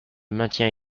maintiens